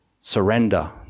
surrender